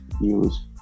use